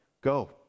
go